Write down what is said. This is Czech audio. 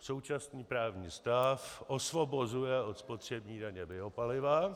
Současný právní stav osvobozuje od spotřební daně biopaliva.